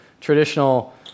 traditional